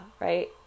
right